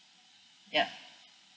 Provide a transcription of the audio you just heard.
yup